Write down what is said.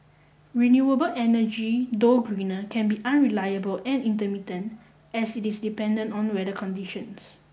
renewable energy though greener can be unreliable and intermittent as it is dependent on weather conditions